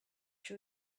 two